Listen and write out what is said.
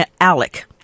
ALEC